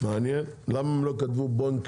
מעניין למה הם לא כתבו בואינג,